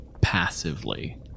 passively